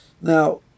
now